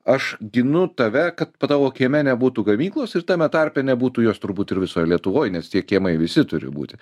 aš ginu tave kad pa tavo kieme nebūtų gamyklos ir tame tarpe nebūtų jos turbūt ir visoj lietuvoj nes tie kiemai visi turi būti